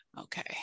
Okay